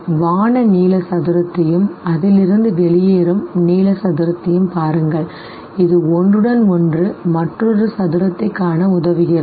வான நீல சதுரத்தையும் அதிலிருந்து வெளியேறும் நீல சதுரத்தையும் பாருங்கள் இது ஒன்றுடன் ஒன்று மற்றொரு சதுரத்தைக் காண உதவுகிறது